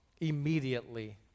immediately